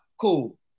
Cool